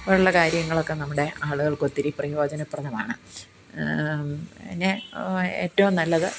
ഉള്ള കാര്യങ്ങളൊക്കെ നമ്മുടെ ആളുകൾക്ക് ഒത്തിരി പ്രയോജനപ്രദമാണ് നെ ഏറ്റവും നല്ലത്